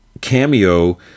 cameo